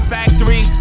Factory